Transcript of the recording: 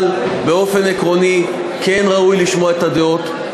אבל באופן עקרוני כן ראוי לשמוע את הדעות,